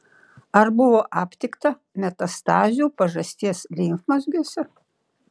ar buvo aptikta metastazių pažasties limfmazgiuose